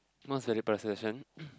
what's the